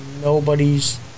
Nobody's